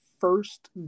first